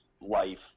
life